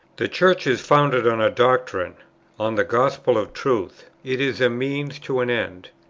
the church is founded on a doctrine on the gospel of truth it is a means to an end.